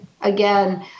again